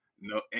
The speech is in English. No